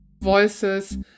Voices